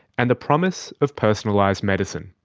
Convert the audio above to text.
and the promise of personalised medicine.